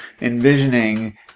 envisioning